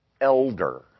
elder